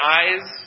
eyes